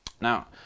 Now